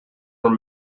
were